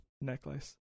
necklace